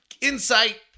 insight